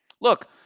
Look